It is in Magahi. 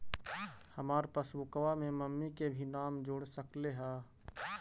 हमार पासबुकवा में मम्मी के भी नाम जुर सकलेहा?